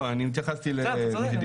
אתה צודק.